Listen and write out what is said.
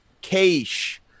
cash